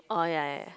oh yeah yeah yeah